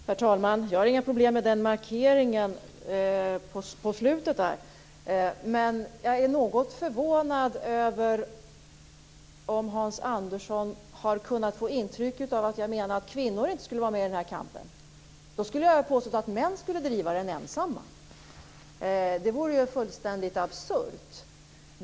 Herr talman! Jag har inga problem med markeringen på slutet, men jag är något förvånad över hur Hans Andersson har kunnat få intrycket att kvinnor inte skulle vara med i kampen. I så fall skulle jag ha påstått att männen skulle driva den ensamma. Det vore ju fullständigt absurt.